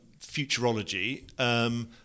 futurology